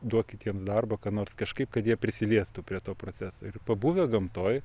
duokit jiems darbo ką nors kažkaip kad jie prisiliestų prie to proceso ir pabuvę gamtoj